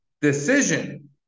decision